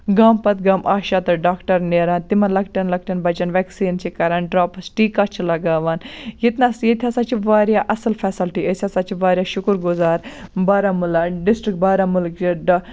گام پَتہٕ گام آشا تہٕ ڈاکٹَر نیران تِمَن لۅکٹیٚن لۅکٹیٚن بَچَن ویٚکسیٖن چھِ کَران ڈرٛاپس ٹیٖکا چھِ لَگاوان ییٚتہِ نَسا ییٚتہِ ہَسا چھِ واریاہ اصٕل فیسَلٹی أسۍ ہَسا چھِ واریاہ شُکُر گُزار بارامُلا ڈِسٹرک بارامُلچن ڈا